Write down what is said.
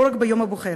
לא רק ביום הבוחר.